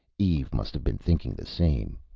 eve must have been thinking the same.